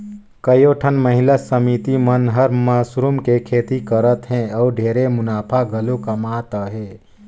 कयोठन महिला समिति मन हर मसरूम के खेती करत हें अउ ढेरे मुनाफा घलो कमात अहे